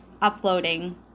uploading